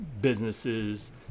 businesses